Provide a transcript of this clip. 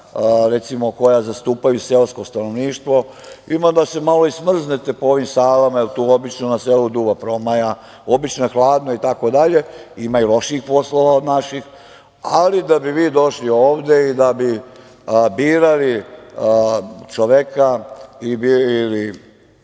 recimo, koja zastupaju seosko stanovništvo, ima da se malo i smrznete po ovim salama, jer tu obično na selu duva promaja, obično je hladno itd, ima i lošijih poslova od naših, ali da bi vi došli ovde i da bi birali čoveka ili